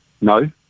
No